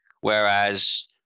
Whereas